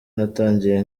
natangiye